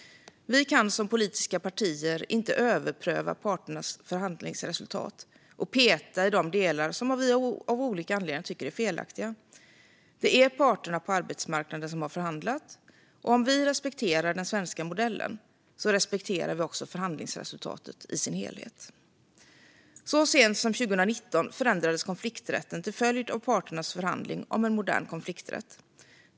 Vi kan som politiska partier inte överpröva parternas förhandlingsresultat och peta i de delar som vi av olika anledningar tycker är felaktiga. Det är parterna på arbetsmarknaden som har förhandlat, och om vi respekterar den svenska modellen respekterar vi också förhandlingsresultatet i dess helhet. Så sent som 2019 förändrades konflikträtten till följd av parternas förhandling om en modern konflikträtt.